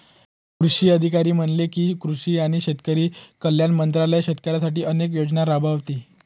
कृषी अधिकारी म्हणाले की, कृषी आणि शेतकरी कल्याण मंत्रालय शेतकऱ्यांसाठी अनेक योजना राबवते